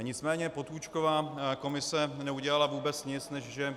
Nicméně Potůčkova komise neudělala vůbec nic, než že